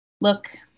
Look